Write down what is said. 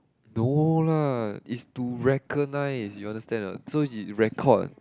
no lah is to recognise you understand or not so he record